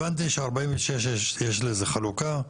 הבנתי ש-45 יש לזה חלוקה.